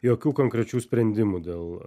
jokių konkrečių sprendimų dėl